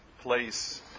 place